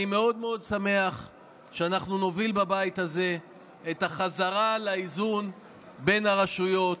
אני מאוד שמח שאנחנו נוביל בבית הזה את החזרה לאיזון בין הרשויות,